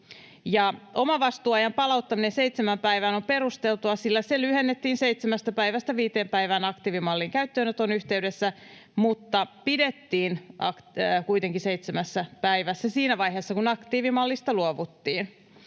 omavastuuajan palauttaminen seitsemään päivään on perusteltua, sillä se lyhennettiin seitsemästä päivästä viiteen päivään aktiivimallin käyttöönoton yhteydessä, mutta pidettiin kuitenkin seitsemässä päivässä siinä vaiheessa, kun aktiivimallista luovuttiin.